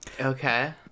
Okay